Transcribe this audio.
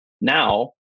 Now